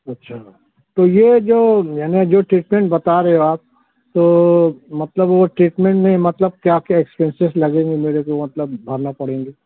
اچھا تو یہ جو یعنی جو ٹرینٹمنٹ بتا رہے ہو آپ تو مطلب وہ ٹریٹمنٹ نہیں مطلب کیا ایکسپینسز لگیں گے میرے کومطلب بھرنا پڑیں گے